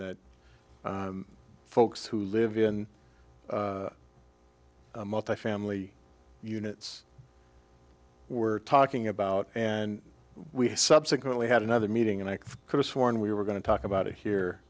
that folks who live in multifamily units were talking about and we subsequently had another meeting and i could've sworn we were going to talk about it here